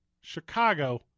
Chicago